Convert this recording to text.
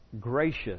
gracious